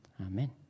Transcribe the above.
Amen